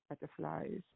butterflies